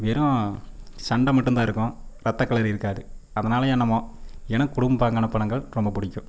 வெறும் சண்டை மட்டுந்தான் இருக்கும் ரத்தக்கெளரி இருக்காது அதனாலையே என்னமோ எனக்கு குடும்ப்பாங்கான படங்கள் ரொம்ப பிடிக்கும்